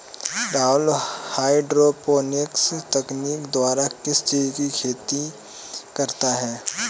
Rahul hydroponics तकनीक द्वारा किस चीज की खेती करता है?